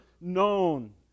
known